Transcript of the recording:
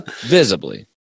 Visibly